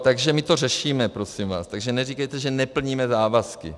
Takže my to řešíme, prosím vás, Takže neříkejte, že neplníme závazky.